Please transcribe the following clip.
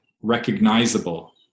recognizable